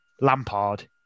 Lampard